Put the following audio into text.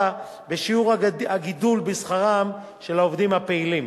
בשיעור הגידול בשכרם של העובדים הפעילים.